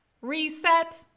reset